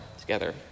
together